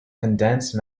condensed